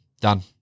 done